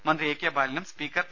മന്ത്രി A K ബാലനും speaker P